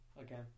again